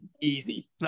easy